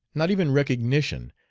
not even recognition,